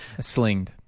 Slinged